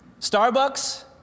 Starbucks